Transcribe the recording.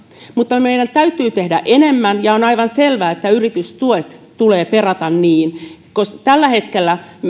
mutta meidän täytyy tehdä enemmän ja on aivan selvä että yritystuet tulee perata tällä hetkellä